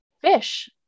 fish